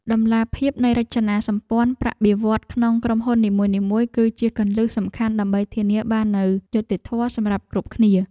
តម្លាភាពនៃរចនាសម្ព័ន្ធប្រាក់បៀវត្សរ៍ក្នុងក្រុមហ៊ុននីមួយៗ គឺជាគន្លឹះសំខាន់ដើម្បីធានាបាននូវយុត្តិធម៌សម្រាប់គ្រប់គ្នា។